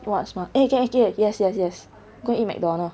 what's mo~ eh yes yes yes go and eat McDonald's